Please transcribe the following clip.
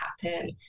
happen